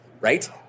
right